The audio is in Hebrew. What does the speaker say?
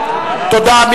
תודה.